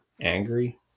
angry